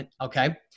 Okay